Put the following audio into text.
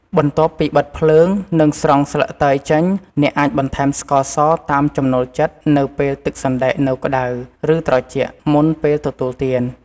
បន្ទាប់ពីបិទភ្លើង និងស្រង់ស្លឹកតើយចេញ អ្នកអាចបន្ថែមស្ករសតាមចំណូលចិត្តនៅពេលទឹកសណ្តែកនៅក្ដៅ ឬត្រជាក់ មុនពេលទទួលទាន។